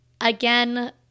again